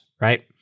right